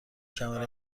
کمر